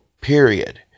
period